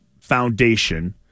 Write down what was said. foundation